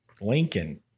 Lincoln